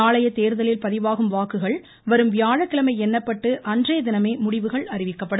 நாளைய தேர்தலில் பதிவாகும் வாக்குகள் வரும் வியாழக்கிழமை எண்ணப்பட்டு அன்றைய தினமே முடிவுகள் அறிவிக்கப்படும்